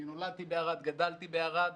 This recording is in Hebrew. נולדתי בערד, גדלתי בערד.